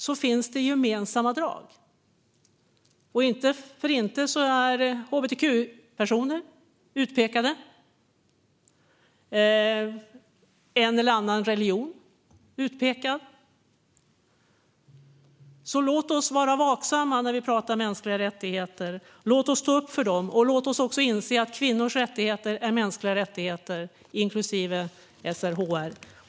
Det finns gemensamma drag. Inte för inte är hbtq-personer utpekade och en eller annan religion utpekad, så låt oss vara vaksamma när vi pratar mänskliga rättigheter. Låt oss stå upp för dem! Låt oss också inse att kvinnors rättigheter är mänskliga rättigheter, inklusive SRHR!